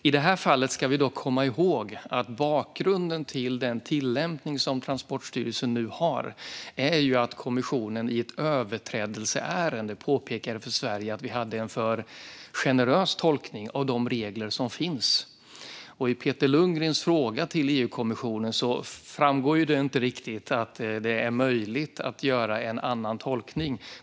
I detta fall ska vi dock komma ihåg att bakgrunden till Transportstyrelsens tillämpning är att kommissionen i ett överträdelseärende påpekade för oss i Sverige att vi hade en för generös tolkning av de regler som finns. I Peter Lundgrens fråga till EU-kommissionen framgår det inte riktigt att det är möjligt att göra en annan tolkning.